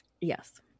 Yes